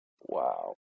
Wow